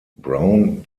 brown